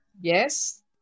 Yes